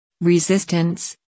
Resistance